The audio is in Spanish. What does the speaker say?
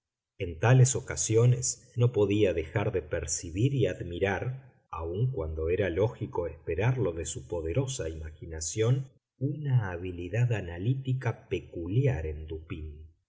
en tales ocasiones no podía dejar de percibir y admirar aun cuando era lógico esperarlo de su poderosa imaginación una habilidad analítica peculiar en dupín